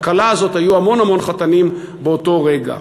לכלה הזאת היו המון המון חתנים באותו רגע.